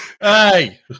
Hey